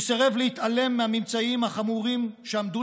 והוא סירב להתעלם מהממצאים החמורים שעמדו